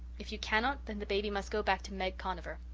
if you cannot, then the baby must go back to meg conover.